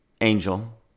angel